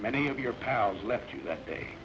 many of your pals left you that day